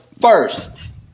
first